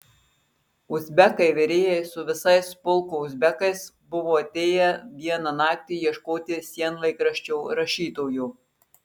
uzbekai virėjai su visais pulko uzbekais buvo atėję vieną naktį ieškoti sienlaikraščio rašytojo